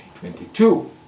2022